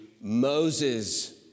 Moses